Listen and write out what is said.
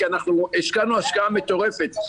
כי השקענו השקעה מטורפת,